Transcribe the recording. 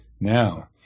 now